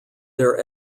their